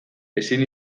ezin